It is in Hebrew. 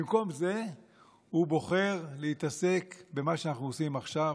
במקום זה הוא בוחר להתעסק במה שאנחנו עושים עכשיו: